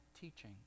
teaching